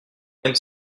même